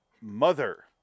Mother